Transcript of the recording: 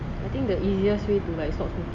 I think the easiest way to like stop smoking